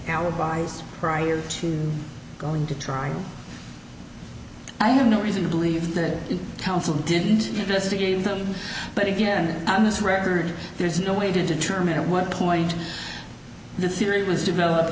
alibis prior to going to trial i have no reason to believe that the council didn't investigate them but again on this record there's no way to determine at what point the theory was developed